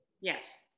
Yes